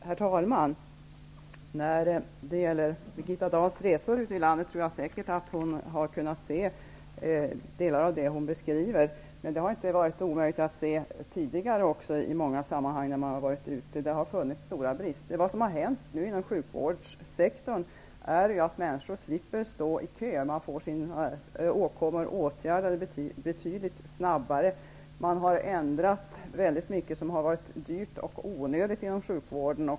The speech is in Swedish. Herr talman! Jag tror säkert Birgitta Dahl på sina resor har kunnat se delar av det hon beskriver. Men det hade inte varit omöjligt att se det tidigare i många sammanhang. Det har funnits stora brister. Vad som har hänt inom sjukvårdssektorn är att människor slipper stå i kö, man får sina åkommor åtgärdade betydligt snabbare. Man har ändrat väldigt mycket sådant som har varit dyrt och onödigt inom sjukvården.